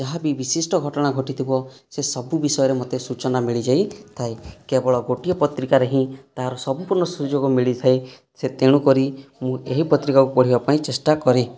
ଯାହା ବି ବିଶିଷ୍ଟ ଘଟଣା ଘଟିଥିବ ସେସବୁ ବିଷୟରେ ମୋତେ ସୂଚନା ମିଳିଯାଇଥାଏ କେବଳ ଗୋଟିଏ ପତ୍ରିକାରେ ହିଁ ତାହାର ସମ୍ପୂର୍ଣ୍ଣ ସୁଯୋଗ ମିଳିଥାଏ ସେ ତେଣୁକରି ମୁଁ ଏହି ପତ୍ରିକାକୁ ପଢ଼ିବା ପାଇଁ ଚେଷ୍ଟା କରେ